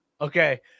okay